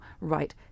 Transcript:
Right